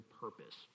purpose